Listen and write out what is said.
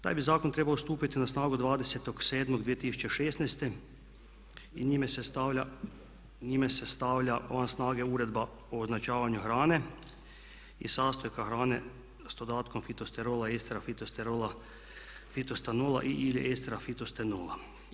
Taj bi zakon trebao stupiti na snagu 20.07.2016. i njime se stavlja van snage Uredba o označavanju hrane i sastojka hrane sa dodatkom fitosterola estera, fitosterola, fitostanola i/ili estera fitostenola.